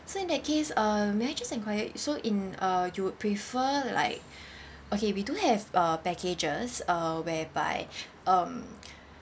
so in that case uh may i just enquire so in uh you would prefer like okay we do have uh packages uh whereby um